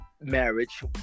marriage